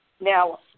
Now